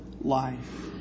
life